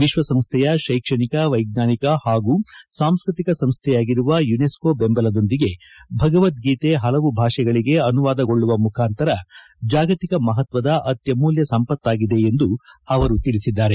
ವಿಶ್ವಸಂಸ್ಥೆಯ ಶೈಕ್ಷಣಿಕ ವೈಜ್ವಾನಿಕ ಹಾಗೂ ಸಾಂಸ್ಟ್ರಿಕ ಸಂಸ್ಥೆಯಾಗಿರುವ ಯುನೆಸ್ಕೋ ಬೆಂಬಲದೊಂದಿಗೆ ಭಗವದ್ಗೀತೆ ಹಲವು ಭಾಷೆಗಳಿಗೆ ಅನುವಾದಗೊಳ್ಳುವ ಮುಖಾಂತರ ಜಾಗತಿಕ ಮಹತ್ವದ ಅತ್ಯಮೂಲ್ಯ ಸಂಪತ್ತಾಗಿದೆ ಎಂದು ಅವರು ತಿಳಿಸಿದ್ದಾರೆ